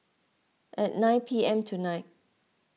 at nine P M tonight